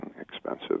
expensive